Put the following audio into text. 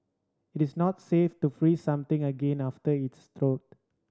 it is not safe to free something again after it thawed